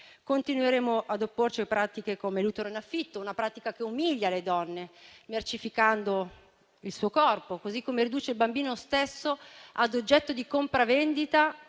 Continueremo ad opporci a pratiche come l'utero in affitto, una pratica che umilia le donne, mercificando il loro corpo, così come riduce il bambino stesso ad oggetto di compravendita,